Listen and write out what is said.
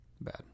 Bad